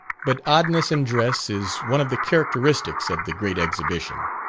but oddness in dress, is one of the characteristics of the great exhibition.